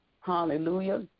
hallelujah